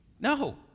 No